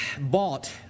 bought